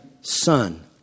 son